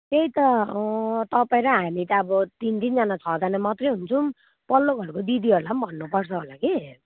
त्यही त तपाईँ र हामी त अब तिन तिनजना छजना मात्रै हुन्छौँ पल्लो घरको दिदीहरूलाई पनि भन्नुपर्छ होला कि